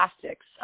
plastics